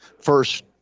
first